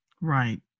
Right